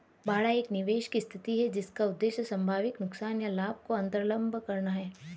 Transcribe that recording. बाड़ा एक निवेश की स्थिति है जिसका उद्देश्य संभावित नुकसान या लाभ को अन्तर्लम्ब करना है